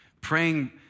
Praying